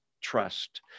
trust